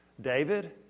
David